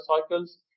cycles